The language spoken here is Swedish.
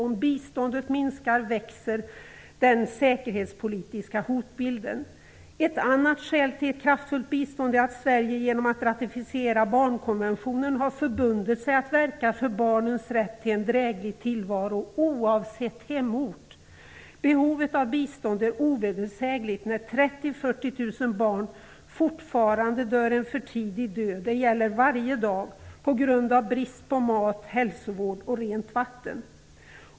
Om biståndet minskar växer den säkerhetspolitiska hotbilden. Ett annat skäl till ett kraftfullt bistånd är att Sverige genom att ratificera barnkonventionen har förbundit sig att verka för barnens rätt till en dräglig tillvaro oavsett hemort. Behovet av bistånd är ovedersägligt när 30-40 000 barn varje dag fortfarande dör en för tidig död på grund av brist på mat, hälsovård och rent vatten.